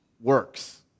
works